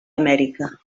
amèrica